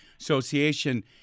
Association